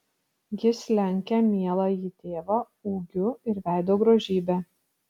jis lenkia mieląjį tėvą ūgiu ir veido grožybe